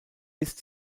ist